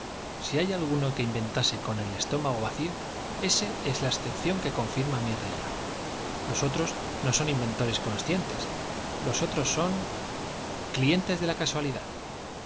si hay alguno que inventase con el estómago vacío ése es a excepción que confira pli regla los otros no son inventores conscientes los otros son clientes de la casualidad